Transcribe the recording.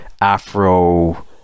Afro